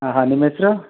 ಹಾಂ ಹಾಂ ನಿಮ್ಮ ಹೆಸ್ರು